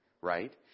right